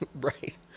Right